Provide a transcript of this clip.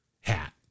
hat